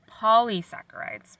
polysaccharides